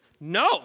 No